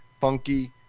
funky